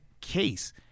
case